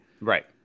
Right